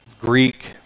Greek